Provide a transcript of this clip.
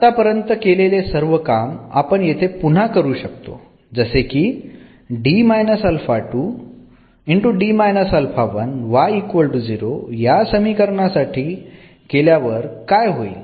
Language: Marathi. आतापर्यंत केलेले सर्व काम आपण येथे पुन्हा करू शकतो जसे की या समिकरणा साठी केल्यावर काय होईल